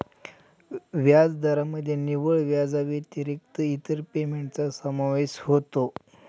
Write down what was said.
व्याजदरामध्ये निव्वळ व्याजाव्यतिरिक्त इतर पेमेंटचा समावेश होतो